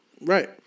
Right